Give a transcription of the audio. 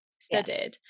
studied